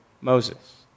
Moses